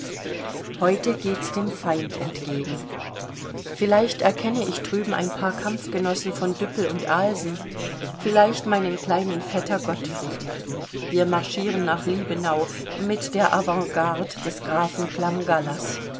heute geht's dem feind entgegen vielleicht erkenne ich drüben ein paar kampfgenossen von düppel und alsen vielleicht meinen kleinen vetter gottfried wir marschieren nach liebenau mit der avantgarde des grafen